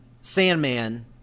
Sandman